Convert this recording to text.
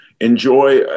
enjoy